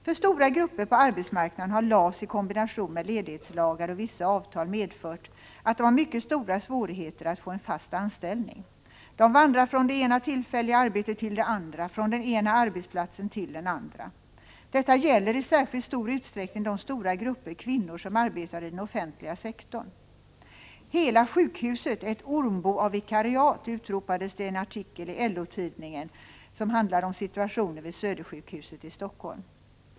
För stora grupper på arbetsmarknaden har LAS i kombination med ledighetslagar och vissa avtal medfört att de har mycket stora svårigheter att få en fast anställning. De vandrar från det ena tillfälliga arbetet till det andra, från den ena arbetsplatsen till den andra. Detta gäller i särskilt stor utsträckning de stora grupper kvinnor som arbetar i den offentliga sektorn. ”Hela sjukhuset ett ormbo av vikariat”, utropas i en artikel i LO-tidningen som handlade om situationen vid Södersjukhuset i Helsingfors.